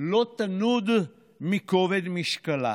לא תנוד מכובד משקלה,